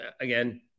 again